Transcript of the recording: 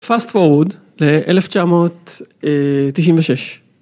fast forward ל-1996.